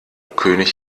könig